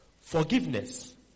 Forgiveness